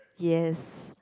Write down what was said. yes